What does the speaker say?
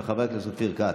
של חבר הכנסת אופיר כץ.